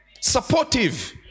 supportive